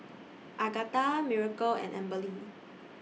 Agatha Miracle and Amberly